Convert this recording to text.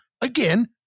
Again